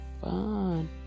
fun